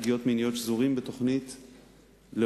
פגיעות מיניות שזורים בתוכנית לאורכה.